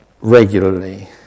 regularly